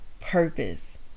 purpose